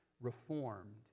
reformed